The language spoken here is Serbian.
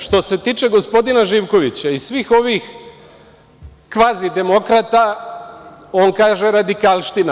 Što se tiče gospodina Živkovića, i svih ovih kvazi demokrata on kaže – radikalština.